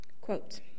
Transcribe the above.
Quote